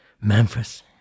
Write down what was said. Memphis